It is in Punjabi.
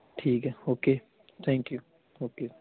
ਠੀਕ ਹੈ ਓਕੇ ਥੈਂਕ ਯੂ ਓਕੇ